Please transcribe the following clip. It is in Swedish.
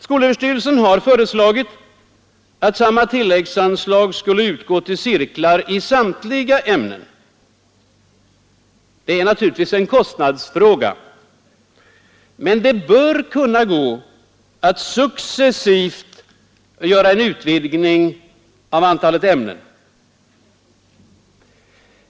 Skolöverstyrelsen har föreslagit att samma tilläggsanslag skulle utgå till cirklar i samtliga ämnen. Det är naturligtvis en kostnadsfråga. Men det bör kunna gå att successivt genomföra en utvidgning av antalet ämnen.